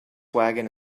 wagon